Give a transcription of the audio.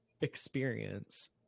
experience